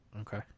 Okay